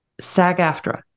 SAG-AFTRA